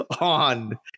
on